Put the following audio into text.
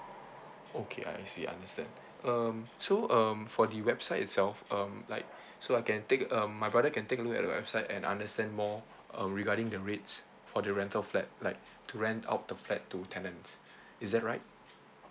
okay I see understand um so um for the website itself um like so I can take um my brother can take a look at the website and understand more um regarding the rates for the rental flat like to rent out the flat to tenants is that right